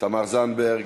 תמר זנדברג,